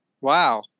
wow